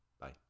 Bye